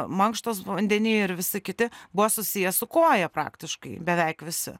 mankštos vandeny ir visi kiti buvo susiję su koja praktiškai beveik visi